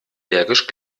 bergisch